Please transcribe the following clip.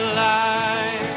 life